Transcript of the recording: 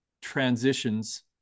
transitions